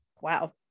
wow